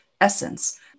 essence